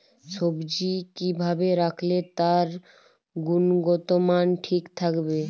সবজি কি ভাবে রাখলে তার গুনগতমান ঠিক থাকবে?